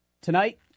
tonight